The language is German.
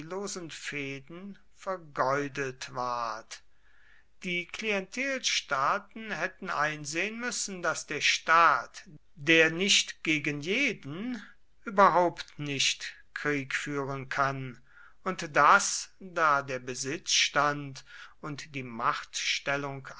fehden vergeudet ward die klientelstaaten hätten einsehen müssen daß der staat der nicht gegen jeden überhaupt nicht krieg führen kann und daß da der besitzstand und die